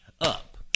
up